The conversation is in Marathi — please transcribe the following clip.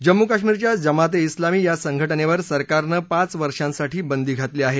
जम्मू कश्मीरच्या जमाते उलामी या संघटनेवर सरकारनं पाच वर्षांसाठी बंदी घातली आहे